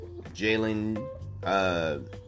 Jalen